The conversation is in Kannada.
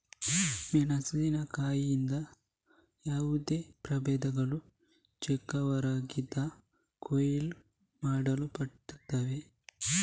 ಮೆಣಸಿನಕಾಯಿಯ ಯಾವುದೇ ಪ್ರಭೇದಗಳು ಚಿಕ್ಕವರಾಗಿದ್ದಾಗ ಕೊಯ್ಲು ಮಾಡಲ್ಪಡುತ್ತವೆ